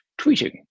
tweeting